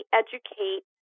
educate